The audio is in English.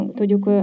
tudjuk